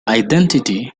identity